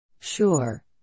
Sure